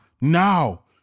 now